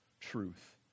truth